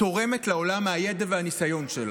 התורמת לעולם מהידע והניסיון שלה.